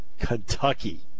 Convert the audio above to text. Kentucky